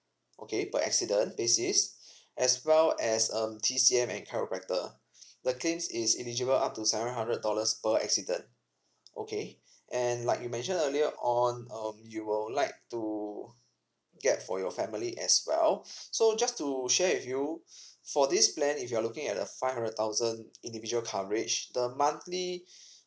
okay per accident basis as well as um T_C_M and chiropractor the claims is eligible up to seven hundred dollars per accident okay and like you mentioned earlier on um you will like to get for your family as well so just to share with you for this plan if you're looking at the five hundred thousand individual coverage the monthly